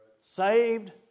Saved